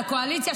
הקואליציה,